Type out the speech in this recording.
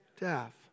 death